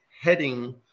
heading